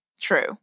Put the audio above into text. true